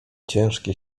ciężkie